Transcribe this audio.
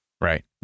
Right